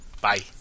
Bye